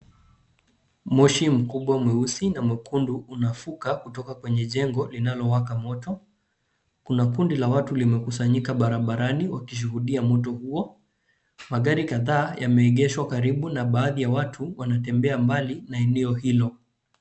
Moshi mkubwa mweusi na mwekundu unafuka kutoka kwenye jengo linalowaka moto. Kuna kundi la watu limekusanyika barabarani wakishuhudia moto hou. Magari kadhaa yameegeshwa karibu na baadhi ya watu wanatembea mbali na eneo hilo.